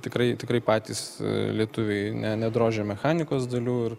tikrai tikrai patys lietuviai ne nedrožia mechanikos dalių ir